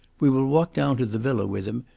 we will walk down to the villa with him,